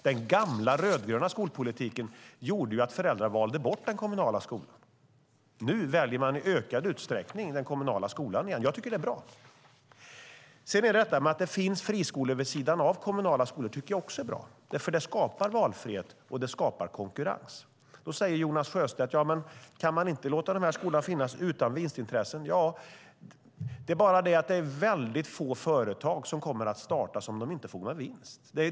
Den gamla rödgröna skolpolitiken gjorde att föräldrar valde bort den kommunala skolan. Nu väljer man i ökad utsträckning den kommunala skolan igen. Det är bra. Att det finns friskolor vid sidan av kommunala skolor är också bra. Det skapar valfrihet och konkurrens. Jonas Sjöstedt säger: Kan man inte låta dessa skolor finnas utan vinstintressen? Jo, men få företag kommer att startas om de inte får gå med vinst.